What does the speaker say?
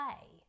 play